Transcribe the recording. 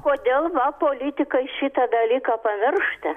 kodėl politikai šitą dalyką pamiršta